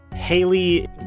Haley